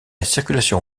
circulation